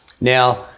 Now